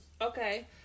Okay